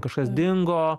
kažkas dingo